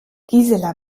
gisela